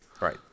Right